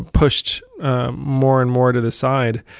pushed more and more to the side.